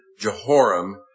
Jehoram